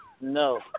No